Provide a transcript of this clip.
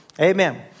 amen